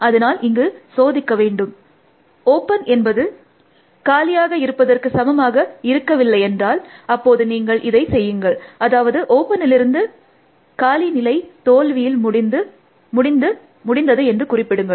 அதனால் இங்கு சோதிக்க வேண்டும் ஓப்பன் என்பது காலியாக இருப்பதற்கு சமாக இருக்கவில்லையென்றால் அப்போது நீங்கள் இதை செய்யுங்கள் அதாவது ஓப்பனிலிருந்து காலி நிலை தோல்வியில் முடிந்தது என்று குறிப்பிடுங்கள்